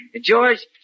George